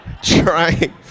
trying